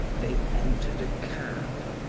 they entered a cab.